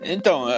Então